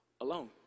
alone